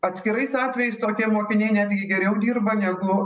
atskirais atvejais tokie mokiniai netgi geriau dirba negu